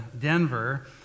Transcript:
Denver